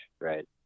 right